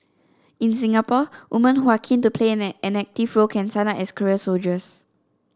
in Singapore woman who are keen to play an act an active role can sign up as career soldiers